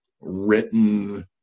written